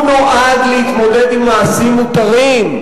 הוא נועד להתמודד עם מעשים מותרים.